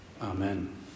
Amen